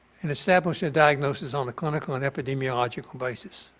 and establish a diagnosis on the clinical and epidemiological basis.